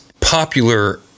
popular